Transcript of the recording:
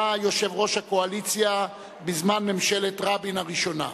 והיה יושב-ראש הקואליציה בזמן ממשלת רבין הראשונה.